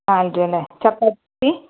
ആ ആയിരിക്കുമല്ലെ ചപ്പാത്തി